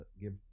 give